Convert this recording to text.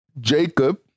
Jacob